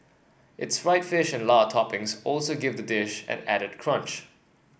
its fried fish and lard toppings also give the dish an added crunch